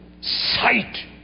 sight